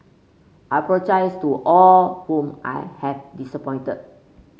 I apologise to all whom I have disappointed